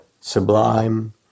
sublime